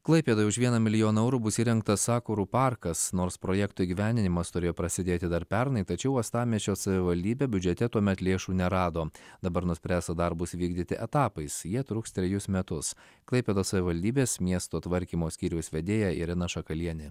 klaipėdoj už vieną milijoną eurų bus įrengtas sakurų parkas nors projekto įgyvendinimas turėjo prasidėti dar pernai tačiau uostamiesčio savivaldybė biudžete tuomet lėšų nerado dabar nuspręsta darbus vykdyti etapais jie truks trejus metus klaipėdos savivaldybės miesto tvarkymo skyriaus vedėja irena šakalienė